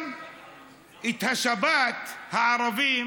גם בשבת הערבים